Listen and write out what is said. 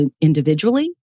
individually